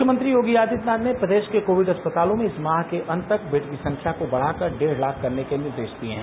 मुख्यमंत्री योगी आदित्यनाथ ने प्रदेश के कोविड अस्पतालों में इस माह के अंत तक बेड की संख्या को बढ़ाकर डेढ़ लाख करने के निर्देश दिए हैं